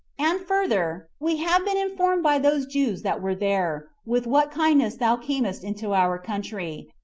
and further, we have been informed by those jews that were there with what kindness thou camest into our country,